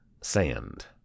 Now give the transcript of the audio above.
sand